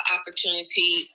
opportunity